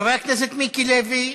חבר הכנסת מיקי לוי,